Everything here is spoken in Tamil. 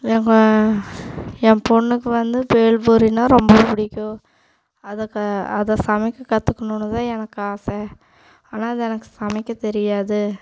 எங்கள் எ பொண்ணுக்கு வந்து பேல் பூரினா ரொம்ப பிடிக்கும் அதுக்கு அதை சமைக்க கற்றுக்கணுன்னு தான் எனக்கு ஆசை ஆனால் அது எனக்கு சமைக்கத் தெரியாது